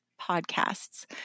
podcasts